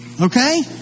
Okay